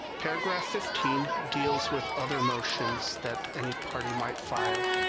paragraph fifteen deals with other motions that any party might file.